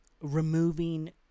removing